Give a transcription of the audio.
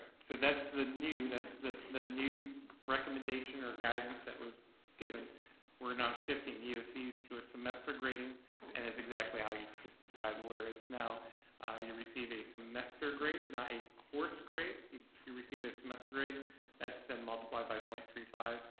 so that's the new, that's the the new recommendation or guidance that was given we're not shifting eocs to a semester grading and is exactly how you just described, where it's now you receive a semester grade, not a course grade. you you receive a semester grade that's then multiplied by point three five,